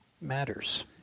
Matters